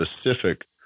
specific